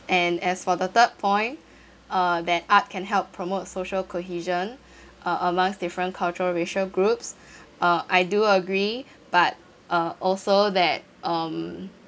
and as for the third point uh that art can help promote social cohesion uh amongst different culture racial groups uh I do agree but uh also that um